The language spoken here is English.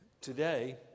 today